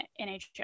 NHL